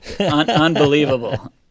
Unbelievable